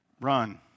Run